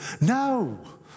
No